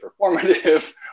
performative